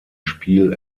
spiel